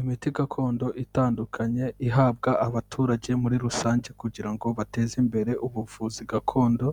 Imiti gakondo itandukanye ihabwa abaturage muri rusange kugira ngo bateze imbere ubuvuzi gakondo,